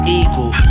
eagle